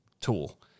tool